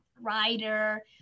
writer